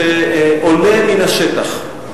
שעולה מן השטח.